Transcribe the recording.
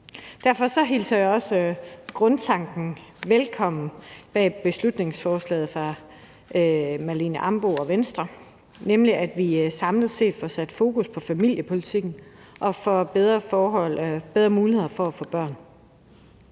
Derfor hilser jeg også grundtanken velkommen bag beslutningsforslaget fra fru Marlene Ambo-Rasmussen og Venstre, nemlig at vi samlet set får sat fokus på familiepolitikken og på bedre muligheder for at få børn.